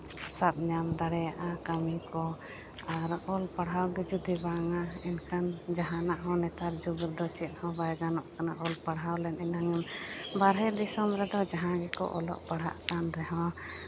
ᱥᱟᱵᱽ ᱧᱟᱢ ᱫᱟᱲᱮᱭᱟᱜᱼᱟ ᱠᱟᱹᱢᱤ ᱠᱚ ᱟᱨ ᱚᱞᱼᱯᱟᱲᱦᱟᱣ ᱜᱮ ᱡᱩᱫᱤ ᱵᱟᱝᱟ ᱮᱱᱠᱷᱟᱱ ᱡᱟᱦᱟᱱᱟᱜ ᱦᱚᱸ ᱱᱮᱛᱟᱨ ᱡᱩᱜᱽ ᱨᱮᱫᱚ ᱪᱮᱫ ᱦᱚᱸ ᱵᱟᱭ ᱜᱟᱱᱚᱜ ᱠᱟᱱᱟ ᱚᱞᱼᱯᱟᱲᱦᱟᱣ ᱞᱮ ᱮᱱᱟᱝᱮᱢ ᱵᱟᱨᱦᱮ ᱫᱤᱥᱚᱢ ᱨᱮᱫᱚ ᱡᱟᱦᱟᱸ ᱜᱮᱠᱚ ᱚᱞᱼᱯᱟᱲᱦᱟᱜ ᱠᱟᱱ ᱨᱮᱦᱚᱸ